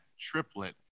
triplet